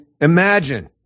imagine